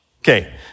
Okay